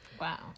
Wow